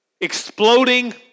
exploding